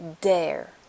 dare